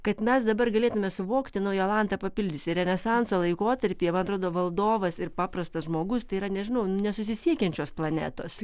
kad mes dabar galėtume suvokti nu jolanta papildys ir renesanso laikotarpyje man atrodo valdovas ir paprastas žmogus tai yra nežinau nesusisiekiančios planetos